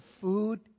food